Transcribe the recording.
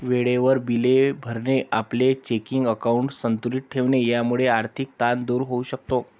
वेळेवर बिले भरणे, आपले चेकिंग अकाउंट संतुलित ठेवणे यामुळे आर्थिक ताण दूर होऊ शकतो